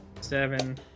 seven